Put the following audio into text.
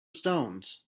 stones